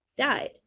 died